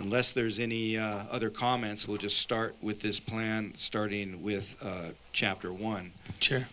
unless there's any other comments we'll just start with this plan starting with chapter one chair